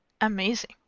amazing